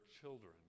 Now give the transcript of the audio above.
children